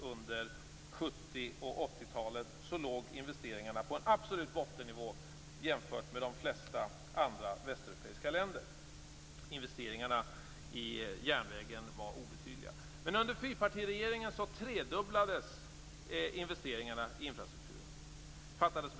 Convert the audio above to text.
Under 70 och 80-talen låg investeringarna på en absolut bottennivå jämfört med de flesta andra västeuropeiska länder. Investeringarna i järnvägen var obetydliga. Under fyrpartiregeringen fattades beslut om tredubblade investeringar i infrastrukturen.